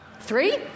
three